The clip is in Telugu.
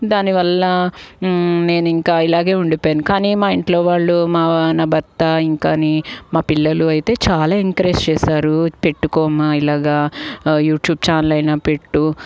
దాని వల్ల నేను ఇంకా ఇలాగే ఉండిపోయాను కానీ మా ఇంట్లో వాళ్ళు మా నా భర్త ఇంకాని మా పిల్లలు అయితే చాలా ఎంకరేజ్ చేసారు పెట్టుకోవమ్మా ఇలాగా యూట్యూబ్ ఛానల్ అయినా పెట్టు